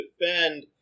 defend